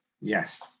Yes